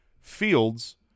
Fields